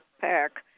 pack